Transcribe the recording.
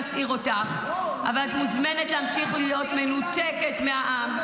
אבל את מוזמנת להמשיך להיות מנותקת מהעם,